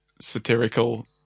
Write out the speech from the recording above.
satirical